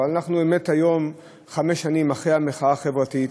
אבל אנחנו באמת היום חמש שנים אחרי המחאה החברתית,